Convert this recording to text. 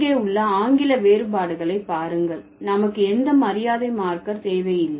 அங்கே உள்ள ஆங்கில வேறுபாடுகளை பாருங்கள் நமக்கு எந்த மரியாதை மார்க்கர் தேவையில்லை